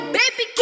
baby